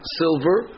silver